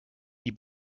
die